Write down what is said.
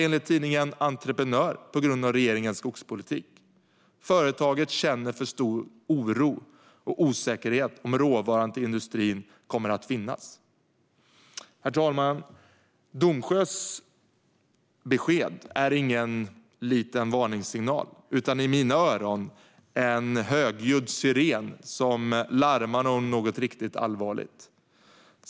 Enligt tidningen Entreprenör gör man det på grund av regeringens skogspolitik. Företaget känner för stor oro och osäkerhet inför om råvaran till industrin kommer att finnas. Herr talman! Domsjös besked är ingen liten varningssignal, utan i mina öron är det en högljudd siren som larmar om något riktigt allvarligt.